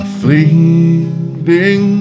fleeting